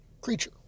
creature